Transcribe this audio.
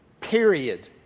period